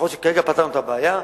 יכול להיות שכרגע פתרנו את הבעיה,